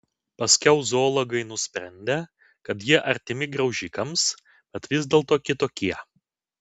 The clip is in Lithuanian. paskiau zoologai nusprendė kad jie artimi graužikams bet vis dėlto kitokie